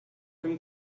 him